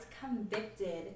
convicted